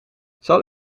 zal